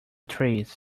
trees